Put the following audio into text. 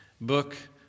Book